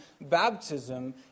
baptism